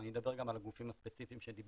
ואני אדבר גם על הגופים הספציפיים שדיברת.